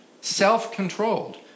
self-controlled